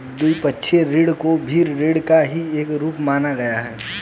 द्विपक्षीय ऋण को भी ऋण का ही एक रूप माना गया है